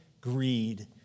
greed